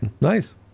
Nice